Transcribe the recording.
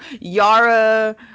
Yara